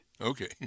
Okay